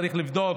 צריך לבדוק